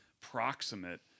proximate